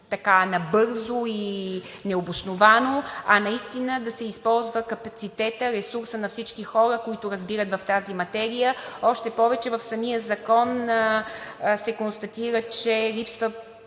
прави набързо и необосновано, а наистина да се използва капацитетът, ресурсът на всички хора, които разбират от тази материя. Още повече в самия закон се констатира, че липсва